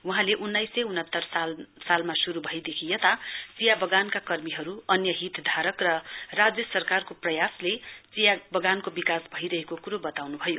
वहाँले उन्नाइस सय उनातर सालमा शुरु भएदेखि यता चिया वगानका कर्मीहरु अन्य हितधारक र राज्य सरकारको प्रयासले चिया वगानको विकास भइरहेको कुरो वताउनु भयो